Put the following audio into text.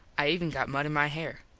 i even got mud in my hair.